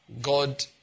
God